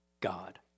God